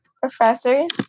professors